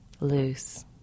loose